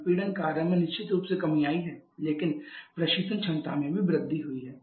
संपीड़न कार्य में निश्चित रूप से कमी आई है लेकिन प्रशीतन क्षमता में भी वृद्धि हुई है